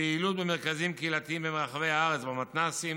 פעילות במרכזים קהילתיים ברחבי הארץ, במתנ"סים,